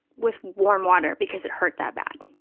with warm water because it hurt that that